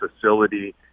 facility